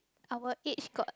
our age got